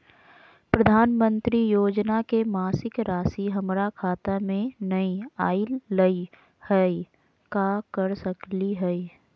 प्रधानमंत्री योजना के मासिक रासि हमरा खाता में नई आइलई हई, का कर सकली हई?